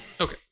Okay